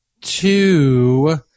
Two